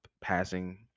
passing